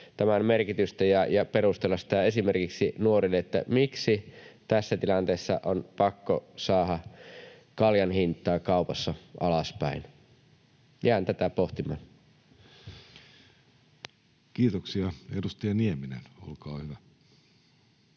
tämän merkitystä ja perustella esimerkiksi nuorille sitä, miksi tässä tilanteessa on pakko saada kaljan hintaa kaupassa alaspäin. Jään tätä pohtimaan. [Speech 298] Speaker: Jussi